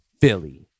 Philly